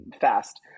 fast